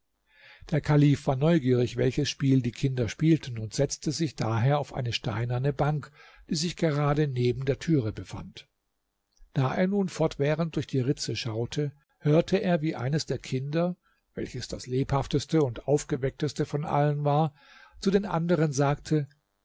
der kalif war neugierig welches spiel die kinder spielten und setzte sich daher auf eine steinerne bank die sich gerade neben der türe befand da er nun fortwährend durch die ritze schaute hörte er wie eines der kinder welches das lebhafteste und aufgeweckteste von allen war zu den anderen sagte